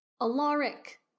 Alaric